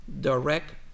direct